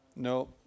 No